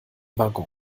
wagon